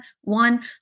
one